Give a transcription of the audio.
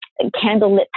candlelit